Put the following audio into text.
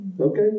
Okay